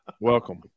Welcome